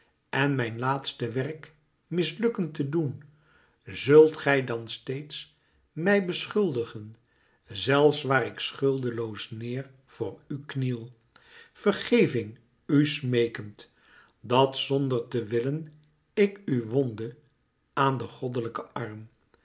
en mijn laatste werk mislukken te doen zult gij dan steeds mij beschuldigen zelfs waar ik schuldeloos neêr voor u kniel vergeving u smeekend dat zonder te willen ik u wondde aan den goddelijken arm